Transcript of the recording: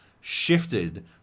Shifted